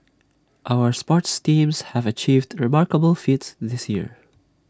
our sports teams have achieved remarkable feats this year